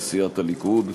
לסיעת הליכוד,